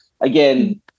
again